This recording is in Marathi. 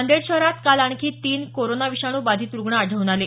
नांदेड शहरात काल आणखी तीन कोरोना विषाणू बाधीत रूग्ण आढळून आले